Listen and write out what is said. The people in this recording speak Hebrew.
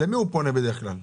למי הוא פונה בדרך כלל?